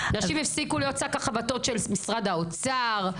נשים יפסיקו להיות שק החבטות של משרד האוצר.